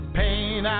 pain